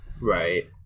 Right